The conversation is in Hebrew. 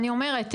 אני אומרת,